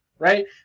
Right